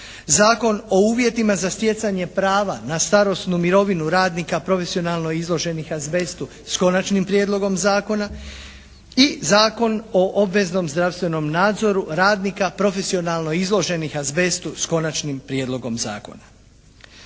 Zakon o uvjetima za stjecanje prava na starosnu mirovinu radnika profesionalno izloženih azbestu s Konačnim prijedlogom zakona i Zakon o obveznom zdravstvenom nadzoru radnika profesionalno izloženih azbestu s Konačnim prijedlogom zakona.